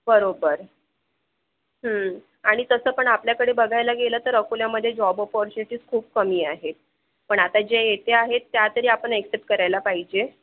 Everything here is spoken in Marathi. बरोबर आणि तसं पण आपल्याकडे बघायला गेलं तर अकोल्यामध्ये जॉब अपॉर्च्युनिटीज खूप कमी आहेत पण आता ज्या येत आहेत त्या तरी आपण एक्सेप्ट करायला पाहिजे